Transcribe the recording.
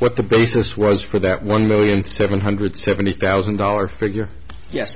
what the basis was for that one million seven hundred seventy thousand dollars figure yes